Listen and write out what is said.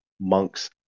Monk's